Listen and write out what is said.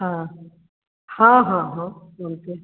हाँ हाँ हाँ हाँ उनके